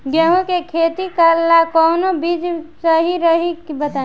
गेहूं के खेती ला कोवन बीज सही रही बताई?